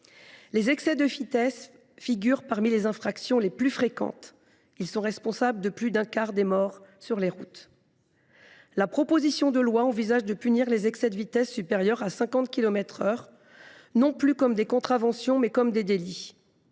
Les excès de vitesse figurent parmi les infractions les plus fréquentes. Ils sont responsables de plus d’un quart des morts sur les routes. Il est envisagé, dans cette proposition de loi, de punir les excès de vitesse supérieurs à 50 kilomètres par heure non plus comme des contraventions, mais comme des délits.